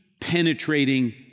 penetrating